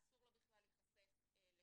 אסור לו בכלל להיחשף לשמש.